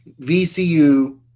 VCU